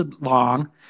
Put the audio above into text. long